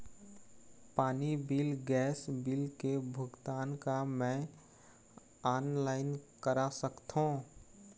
पानी bill gas bill के भुगतान का मैं ऑनलाइन करा सकथों?